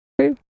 True